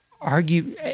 argue